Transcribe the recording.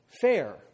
fair